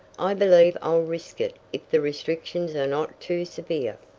i believe i'll risk it if the restrictions are not too severe.